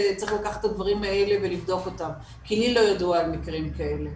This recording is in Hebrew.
צריך לקחת את הדברים האלה ולבדוק אותם כי לי לא ידוע על מקרים כאלה.